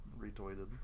retweeted